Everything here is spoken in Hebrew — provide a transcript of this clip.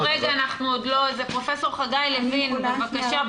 פרופ' חגי לוין, בבקשה.